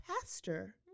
pastor